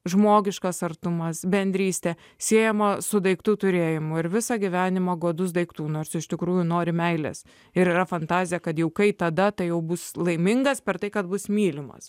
žmogiškas artumas bendrystė siejama su daiktų turėjimu ir visą gyvenimą godus daiktų nors iš tikrųjų nori meilės ir yra fantazija kad jau kai tada tai jau bus laimingas per tai kad bus mylimas